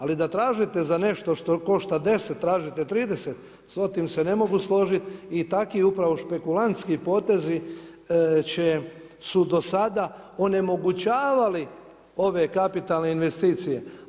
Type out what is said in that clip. Ali da tražite za nešto što košta 10, tražite 30, s tim se ne mogu složiti i takvi upravo špekulantski potezi su do sada onemogućavali ove kapitalne investicije.